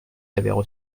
avaient